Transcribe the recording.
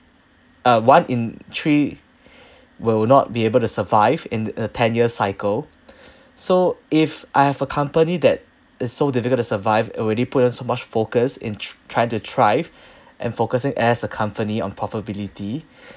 uh one in three will not be able to survive in a ten year cycle so if I have a company that is so difficult to survive already put so much focus in tr~ trying to thrive and focusing as a company on profitability